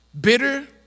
bitter